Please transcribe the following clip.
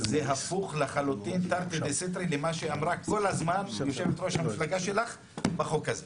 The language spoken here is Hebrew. זה הפוך לחלוטין ממה שאמרה כל הזמן יושבת-ראש המפלגה שלך בחוק הזה.